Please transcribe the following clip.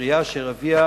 קריאה אשר הביאה